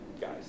guys